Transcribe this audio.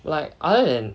like other than